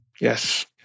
Yes